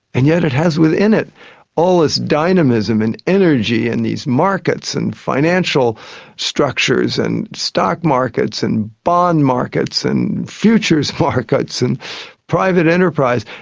and yet it has within it all this dynamism and energy and these markets and financial structures and stock markets and bond markets and futures markets and private enterprise.